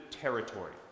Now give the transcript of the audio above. territory